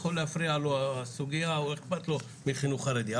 יכולה להפריע לו הסוגיה או אכפת לו מחינוך חרדי.